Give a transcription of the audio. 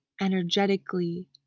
energetically